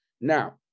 Now